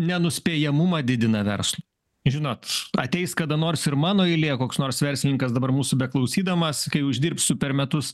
nenuspėjamumą didina verslui žinot ateis kada nors ir mano eilė koks nors verslininkas dabar mūsų beklausydamas kai uždirbsiu per metus